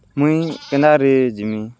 ମୁଇଁ କେନ୍ତା କରି ଯିମି